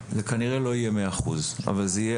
זה כנראה לא יהיה מאה אחוז אבל זה יהיה